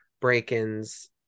break-ins